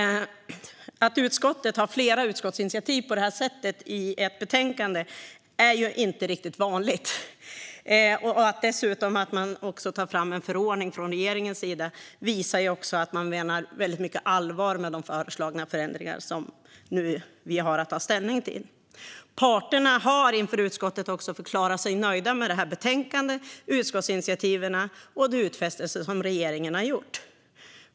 Att utskottet på detta sätt har flera utskottsinitiativ i ett betänkande är inte riktigt vanligt. Att man från regeringens sida dessutom tar fram en förordning visar att man menar väldigt mycket allvar med de föreslagna förändringar som vi nu har att ta ställning till. Parterna har inför utskottet också förklarat sig nöjda med betänkandet, utskottsinitiativen och de utfästelser som regeringen har gjort.